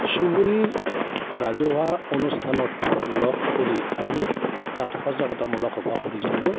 চুবুৰীৰ ৰাজহুৱা অনুষ্ঠানত লগ কৰি আমি তাত সজাগতামূলক সভা কৰিছিলোঁ